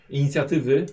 inicjatywy